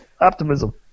Optimism